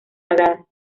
sagradas